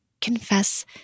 confess